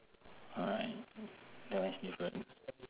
alright that one is different